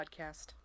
podcast